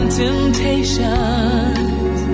temptations